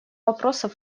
вопросов